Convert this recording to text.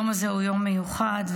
יום מיוחד,